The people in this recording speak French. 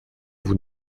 vous